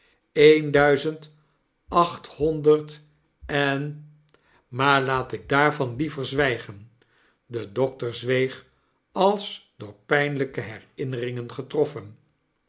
duizend achthonderd en maar laat ik daarvan liever zwijgen de dokter zweeg als door pynlgke herinneringen getroffen